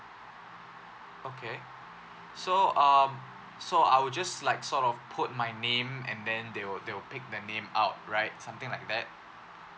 okay so um so I will just like sort of put my name and then they will they will pick the name out right something like that